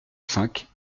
cinq